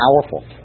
powerful